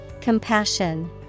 Compassion